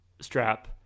strap